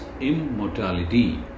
immortality